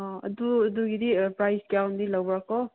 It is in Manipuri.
ꯑꯥ ꯑꯗꯨ ꯑꯗꯨꯒꯤꯗꯤ ꯑꯥ ꯄ꯭ꯔꯥꯏꯁ ꯀꯌꯥꯗꯤ ꯂꯧꯕ꯭ꯔꯥꯀꯣ